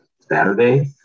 Saturday